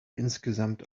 insgesamt